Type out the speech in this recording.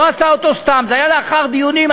לא עשה אותו סתם, זה היה לאחר דיונים.